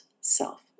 self